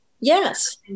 Yes